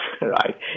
right